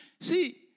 See